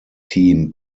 team